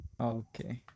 Okay